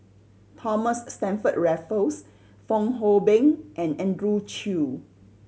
Thomas Stamford Raffles Fong Hoe Beng and Andrew Chew